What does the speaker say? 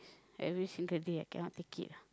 every single day I cannot take it ah